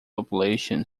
population